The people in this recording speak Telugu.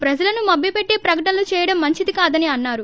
ప్రజలను మభ్యపెట్టే ప్రకటనలు చేయడం మంచిది కాదని అన్నారు